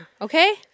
okay